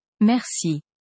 merci